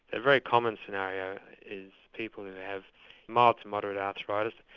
a very common scenario is people who have mild to moderate arthritis,